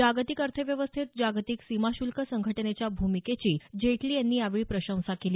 जागतिक अर्थव्यवस्थेत जागतिक सीमा शुल्क संघटनेच्या भूमिकेची जेटली यांनी यावेळी प्रशंसा केली